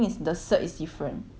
compared to full time uni